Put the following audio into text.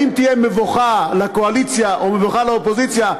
אם תהיה מבוכה לקואליציה או מבוכה לאופוזיציה,